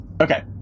Okay